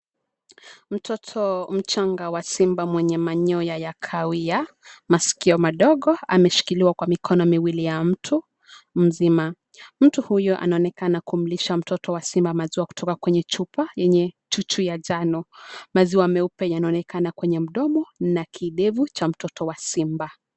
Mtoto mchanga wa simba mwenye manyoya ya kahawia, maskio madogo, ameshikiliwa kwa mikono miwili ya mtu mzima. Mtu huyu anaonekana kumlisha mtoto wa simba maziwa kutoka kwenye chupa yenye chuchu ya njano. Maziwa meupe yanaonekana kwenye mdomo na kidevu cha mtoto wa simba.